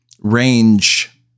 range